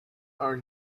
are